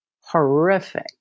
horrific